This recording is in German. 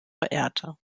verehrte